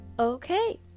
Okay